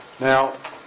Now